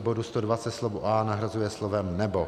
I bodu 120 slovo a nahrazuje slovem nebo;